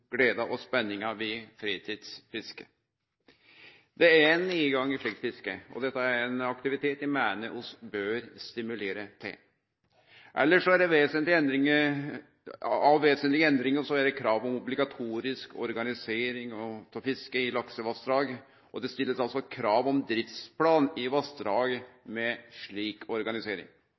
og spenninga ved fritidsfiske. Det er ein nedgang i slikt fiske, og det er ein aktivitet eg meiner vi bør stimulere til. Av vesentlege endringar elles er det krav om obligatorisk organisering av fisket i laksevassdrag, og det blir stilt krav om driftsplan i vassdrag med slik organisering.